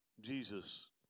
Jesus